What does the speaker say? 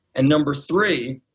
ah number three,